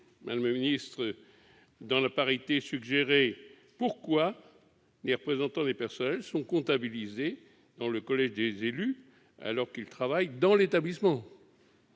madame la ministre, pouvez-vous nous préciser pourquoi les représentants des personnels sont comptabilisés dans le collège des élus, alors qu'ils travaillent dans l'établissement